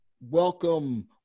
welcome